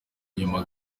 nyuma